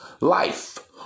life